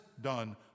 done